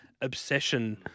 obsession